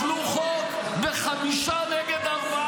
אתם עושים עוולות --- השבוע פסלו חוק בחמישה נגד ארבעה.